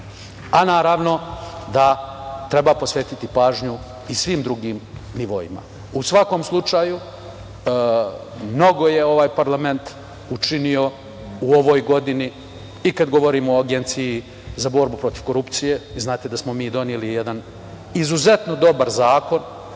a naravno da treba posvetiti pažnju i svim drugim nivoima.U svakom slučaju, mnogo je ovaj parlament učinio u ovoj godini i kada govorimo o Agenciji za borbu protiv korupcije. Znate da smo doneli jedan izuzetno dobar zakon.